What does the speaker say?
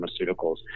pharmaceuticals